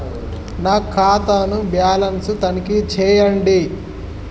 నా ఖాతా ను బ్యాలన్స్ తనిఖీ చేయండి?